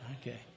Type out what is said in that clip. Okay